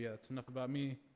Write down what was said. yeah that's enough about me.